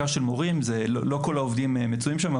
לא כל העובדים מצויים שם,